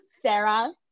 Sarah